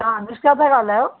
तव्हां अनुष्का था ॻाल्हायो